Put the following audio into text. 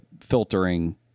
filtering